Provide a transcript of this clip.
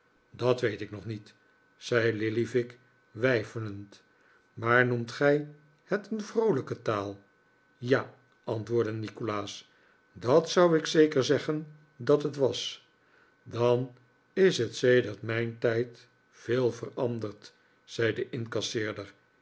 dat weet ik nog niet zei lillyvick weifelend maar noemt gij het een vroolijke taal ja antwoordde nikolaas dat zou ik zeker zeggen dat het was dan is het sedert mijn tijd veel veranderd zei de incasseerder